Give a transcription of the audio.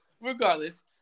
regardless